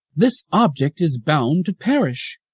this object is bound to perish.